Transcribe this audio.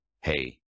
Hey